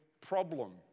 problem